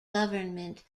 government